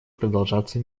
продолжаться